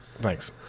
Thanks